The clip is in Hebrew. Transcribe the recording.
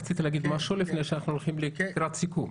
רצית להגיד משהו לפני שאנחנו הולכים לקראת סיכום?